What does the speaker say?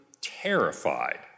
terrified